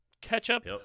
Ketchup